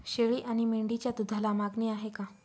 शेळी आणि मेंढीच्या दूधाला मागणी आहे का?